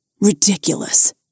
Ridiculous